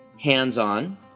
Hands-on